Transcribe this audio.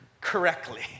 correctly